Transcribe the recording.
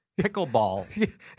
Pickleball